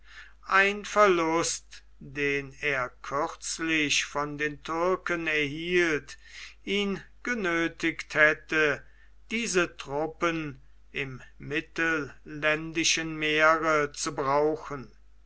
ein verlust den er kürzlich von den türken erlitten ihn genöthigt hätte diese truppen im mittelländischen meere zu brauchen